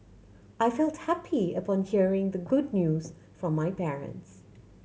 I felt happy upon hearing the good news from my parents